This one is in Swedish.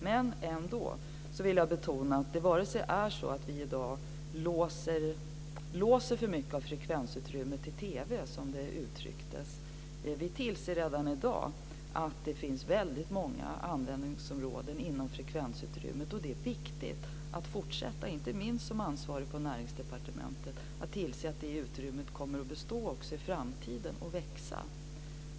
Men ändå vill jag betona att vi i dag inte låser för mycket av frekvensutrymmet i TV, som det gavs uttryck för. Vi tillser redan i dag att det finns många användningsområden inom frekvensutrymmet. Det är viktig att fortsätta, inte minst som ansvarig på Näringsdepartementet, att tillse att det utrymmet kommer att bestå även i framtiden och växa.